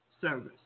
service